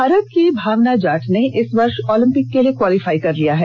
भारत की भावना जाट ने इस वर्ष ओलिंपिक के लिए क्वालीफाई कर लिया है